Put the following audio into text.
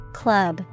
club